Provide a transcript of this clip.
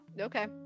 okay